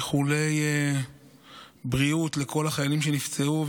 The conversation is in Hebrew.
איחולי בריאות לכל החיילים שנפצעו,